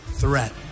threat